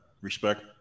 Respect